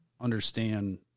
understand